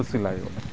ଖୁସିି ଲାଗିବ